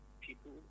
people